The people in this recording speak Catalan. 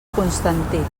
constantí